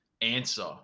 answer